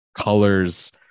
colors